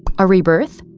a rebirth?